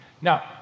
Now